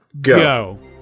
Go